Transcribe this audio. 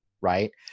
right